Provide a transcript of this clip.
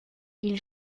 ils